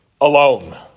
alone